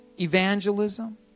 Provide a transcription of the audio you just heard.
evangelism